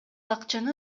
акчаны